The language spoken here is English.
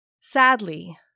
Sadly